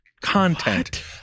content